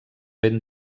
ben